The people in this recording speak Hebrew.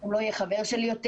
הוא לא יהיה חבר שלי יותר?